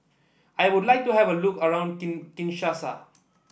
I would like to have a look around King Kinshasa